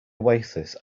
oasis